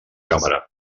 càmera